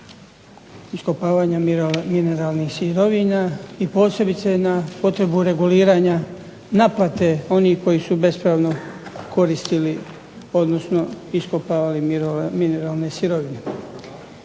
iskopavanja mineralnih sirovina i i posebice na potrebu reguliranja naplate oni koji su bespravno koristili odnosno iskopavali mineralne sirovine.